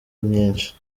nyinshi